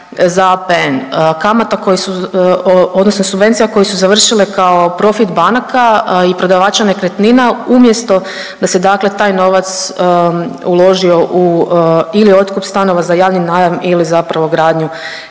za APN, kamata koje su odnosno subvencija koje su završile kao profit banaka i prodavača nekretnina umjesto da se dakle taj novac uložio u ili otkup stanova za javni najam ili zapravo gradnju